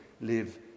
live